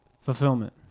fulfillment